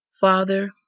Father